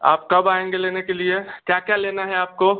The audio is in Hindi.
आप कब आएँगे लेने के लिए क्या क्या लेना है आपको